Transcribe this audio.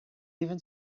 even